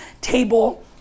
table